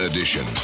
Edition